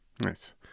nice